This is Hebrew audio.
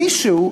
מישהו,